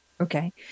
Okay